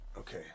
Okay